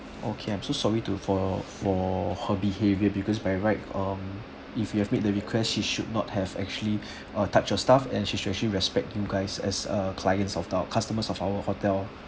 okay I'm so sorry to for for her behaviour because by right um if you have made the request she should not have actually ah touched your stuff and she should actually respect you guys as uh clients of our customers of our hotel